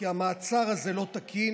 כי המעצר הזה לא תקין.